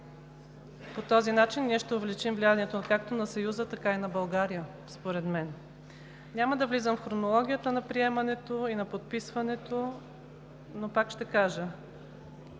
По този начин ние ще увеличим влиянието както на Съюза, така и на България, според мен. Няма да влизам в хронологията на приемането и на подписването, но пак ще кажа: